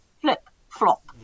flip-flop